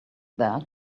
there